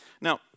Now